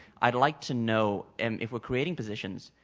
i'd like to know and if we're creating positions,